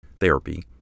therapy